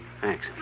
Thanks